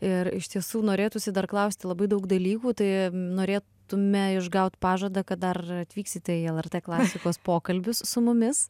ir iš tiesų norėtųsi dar klausti labai daug dalykų tai norėtumėme išgaut pažadą kad dar atvyksite į lrt klasikos pokalbius su mumis